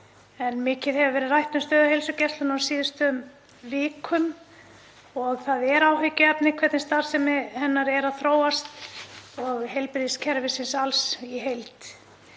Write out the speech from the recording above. Mikið hefur verið rætt um stöðu heilsugæslunnar á síðustu vikum og það er áhyggjuefni hvernig starfsemi hennar er að þróast og heilbrigðiskerfisins alls í heild.